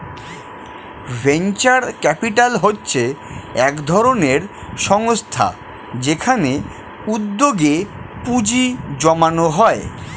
venture capital হচ্ছে একধরনের সংস্থা যেখানে উদ্যোগে পুঁজি জমানো হয়